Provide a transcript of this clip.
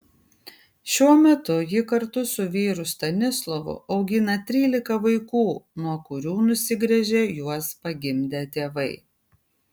šiuo metu ji kartu su vyru stanislovu augina trylika vaikų nuo kurių nusigręžė juos pagimdę tėvai